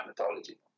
mythology